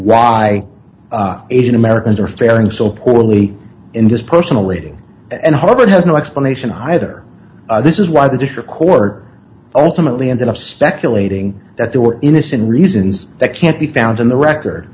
why asian americans are faring so poorly in this personal rating and harvard has no explanation either this is why the different chords ultimately ended up speculating that there were innocent reasons that can't be found in the record